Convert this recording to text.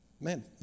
man